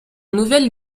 nouvelle